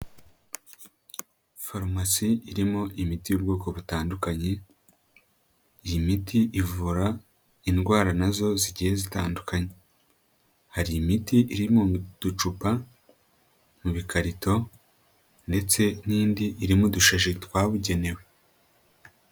Farumasi irimo imiti y'ubwoko butandukanye iyi miti ivura indwara nazo zigiye zitandukanye hari imiti iri mu ducupa mu bikarito ndetse n'indi iri mu dushashi twabugenewe.